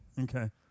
Okay